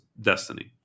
Destiny